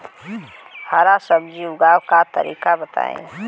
हरा सब्जी उगाव का तरीका बताई?